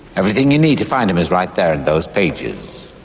everything you need to find him is right there in those pages.